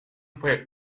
fue